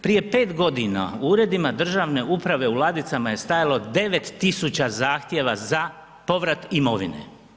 Prije 5 godine u uredima državne uprave u ladicama je stajalo 9.000 zahtjeva za povrat imovine.